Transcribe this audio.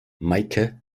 meike